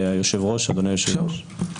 אדוני היושב-ראש,